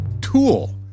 tool